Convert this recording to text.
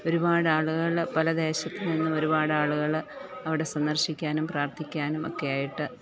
ഒരുപാടാളുകള് പല ദേശത്തുനിന്നും ഒരുപാടാളുകള് അവിടെ സന്ദർശിക്കാനും പ്രാർത്ഥിക്കാനും ഒക്കെയായിട്ട്